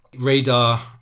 radar